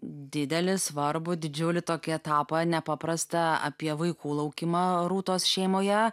didelį svarbų didžiulį tokį etapą nepaprastą apie vaikų laukimą rūtos šeimoje